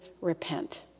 repent